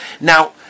Now